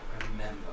remember